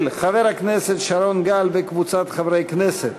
של חבר הכנסת שרון גל וקבוצת חברי הכנסת.